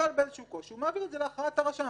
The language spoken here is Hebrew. הוא מעביר את זה להכרעת הרשם.